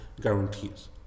guarantees